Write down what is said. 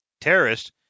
terrorist